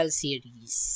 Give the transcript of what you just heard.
series